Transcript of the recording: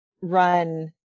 run